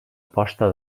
posta